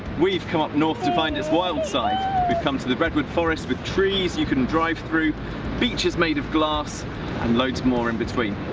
we've come up north to find its wild side! we've come to the redwood forests with trees you can drive through beaches made of glass and, loads more in between!